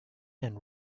and